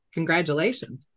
Congratulations